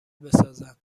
بسازند